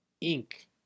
ink